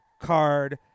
card